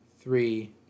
three